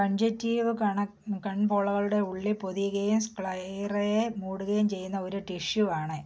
conjunctive കണ കൺപോളകളുടെ ഉള്ളി പൊതിയുകയും സ്ക്ളൈറയെ മൂടുകയും ചെയ്യുന്ന ഒരു ടിഷ്യു ആണ്